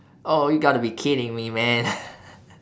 oh you gotta be kidding me man